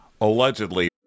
allegedly